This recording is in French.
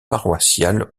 paroissiale